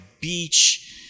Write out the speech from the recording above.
beach